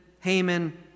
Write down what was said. Haman